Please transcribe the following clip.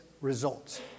results